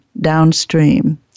downstream